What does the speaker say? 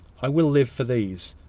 i will live for these,